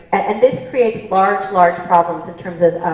and this creates large, large problems in terms of